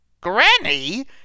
Granny